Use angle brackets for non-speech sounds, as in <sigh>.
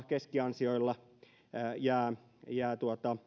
<unintelligible> keskiansioilla jää jää